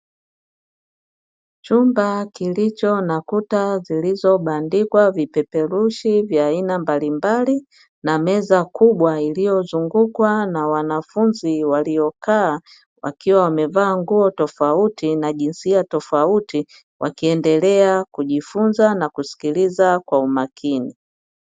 Chumba kilicho na kuta zilizobandikwa vipeperushi vya aina mbalimbali na meza kubwa iliyozungukwa na wanafunzi waliokaa, wakiwa wamevaa nguo tofauti na jinsia tofauti; wakiendelea kujifunza na kusikiliza kwa umakini.